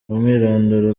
umwirondoro